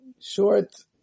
short